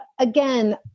again